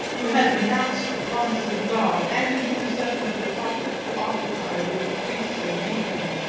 who had renounced the promises of god, and the intercession of the prophet, to occupy, with the priests and deacons,